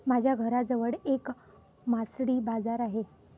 माझ्या घराजवळ एक मासळी बाजार आहे